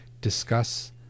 discuss